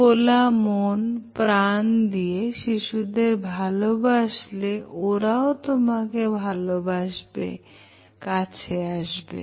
খোলামন প্রাণ দিয়ে শিশুদের ভালবাসলে ওরাও তোমাকে ভালোবাসবেকাছে আসবে